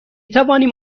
توانیم